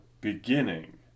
beginning